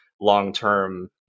long-term